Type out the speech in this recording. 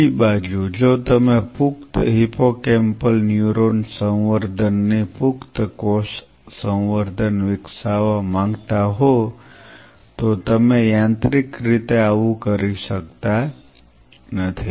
બીજી બાજુ જો તમે પુખ્ત હિપ્પોકેમ્પલ ન્યુરોન સંવર્ધન ની પુખ્ત કોષ સંવર્ધન વિકસાવવા માંગતા હો તો તમે યાંત્રિક રીતે આવું કરી શકતા નથી